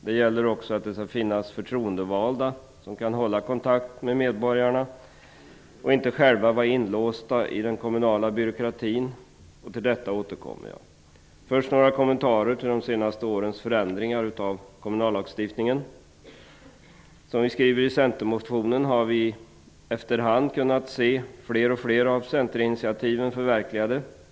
Det skall också finnas förtroendevalda som kan hålla kontakten med medborgarna och inte själva vara inlåsta i den kommunala byråkratin. Till detta återkommer jag. Först några kommentarer till de senaste årens förändringar av kommunallagstiftningen. Som vi skriver i Centermotionen har vi efter hand kunnat se fler och fler av Centerinitiativen förverkligade.